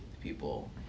people